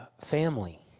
family